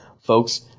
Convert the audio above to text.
Folks